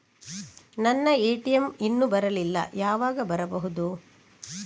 ನನ್ನ ಎ.ಟಿ.ಎಂ ಇನ್ನು ಬರಲಿಲ್ಲ, ಯಾವಾಗ ಬರಬಹುದು?